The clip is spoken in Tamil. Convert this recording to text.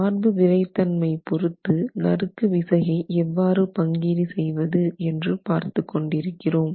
சார்பு விறைத் தன்மை பொருத்து நறுக்கு விசையை எவ்வாறு பங்கீடு செய்வது என்று பார்த்து கொண்டிருக்கிறோம்